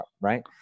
right